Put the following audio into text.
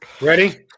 Ready